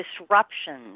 disruptions